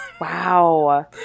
Wow